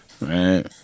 Right